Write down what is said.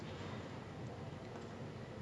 so they are just really active lah